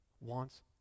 wants